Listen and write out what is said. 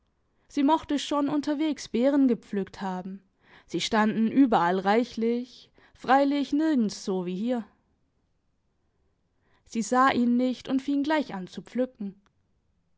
sie mochte schon unterwegs beeren gepflückt haben sie standen überall reichlich freilich nirgend so wie hier sie sah ihn nicht und fing gleich an zu pflücken